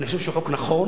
אני חושב שהוא חוק נכון,